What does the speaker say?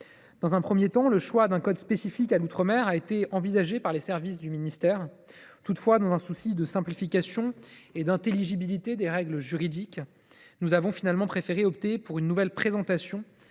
Dans un premier temps, le choix d’un code spécifique à l’outre mer a été envisagé par les services du ministère. Toutefois, dans un souci de simplification et d’intelligibilité des règles juridiques, nous avons finalement préféré opter pour une nouvelle présentation